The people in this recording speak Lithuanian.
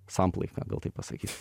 samplaika gal taip pasakysiu